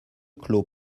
clos